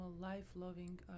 life-loving